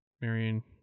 Marion